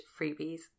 freebies